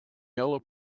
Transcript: yellow